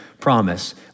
promise